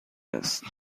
است